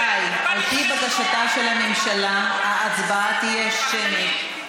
רבותיי, על פי בקשתה של הממשלה ההצבעה תהיה שמית.